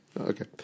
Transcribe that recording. Okay